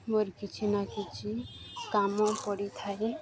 ମୋର କିଛି ନା କିଛି କାମ ପଡ଼ିଥାଏ